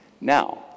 now